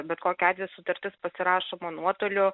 bet kokiu atveju sutartis pasirašoma nuotoliu